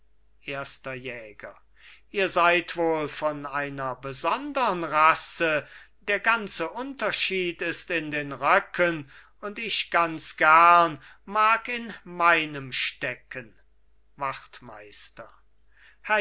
erster jäger ihr seid wohl von einer besondern rasse der ganze unterschied ist in den röcken und ich ganz gern mag in meinem stecken